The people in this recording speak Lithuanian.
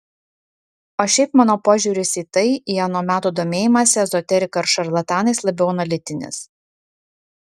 o šiaip mano požiūris į tai į ano meto domėjimąsi ezoterika ir šarlatanais labiau analitinis